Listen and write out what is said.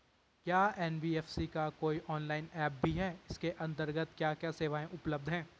क्या एन.बी.एफ.सी का कोई ऑनलाइन ऐप भी है इसके अन्तर्गत क्या क्या सेवाएँ उपलब्ध हैं?